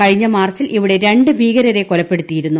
കഴിഞ്ഞ മാർച്ചിൽ ഇവിടെ രണ്ട് ഭീകരരെ കൊലപ്പെടുത്തിയിരുന്നു